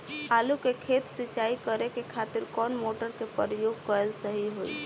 आलू के खेत सिंचाई करे के खातिर कौन मोटर के प्रयोग कएल सही होई?